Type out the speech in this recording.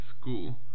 school